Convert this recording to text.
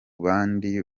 bandi